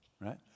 right